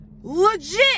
legit